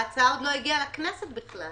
ההצעה עוד לא הגיעה לכנסת בכלל.